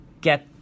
get